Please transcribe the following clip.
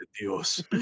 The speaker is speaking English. Dios